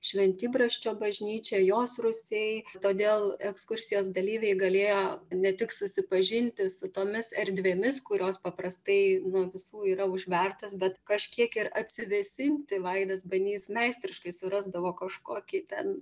šventibrasčio bažnyčia jos rūsiai todėl ekskursijos dalyviai galėjo ne tik susipažinti su tomis erdvėmis kurios paprastai nuo visų yra užvertos bet kažkiek ir atsivėsinti vaidas banys meistriškai surasdavo kažkokį ten